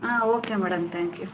ಹಾಂ okay madam thank you